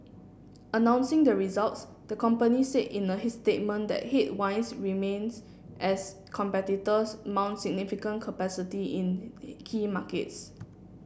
announcing the results the company said in a statement that headwinds remains as competitors mount significant capacity in key markets